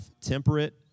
temperate